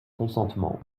consentement